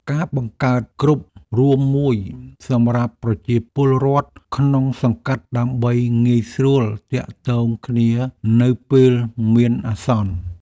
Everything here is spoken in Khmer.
ការបង្កើតគ្រុបរួមមួយសម្រាប់ប្រជាពលរដ្ឋក្នុងសង្កាត់ដើម្បីងាយស្រួលទាក់ទងគ្នានៅពេលមានអាសន្ន។